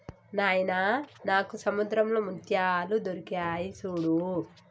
నాయిన నాకు సముద్రంలో ముత్యాలు దొరికాయి సూడు